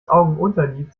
augenunterlid